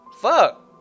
Fuck